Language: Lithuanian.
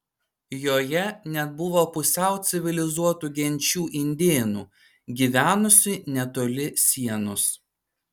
joje net buvo pusiau civilizuotų genčių indėnų gyvenusių netoli sienos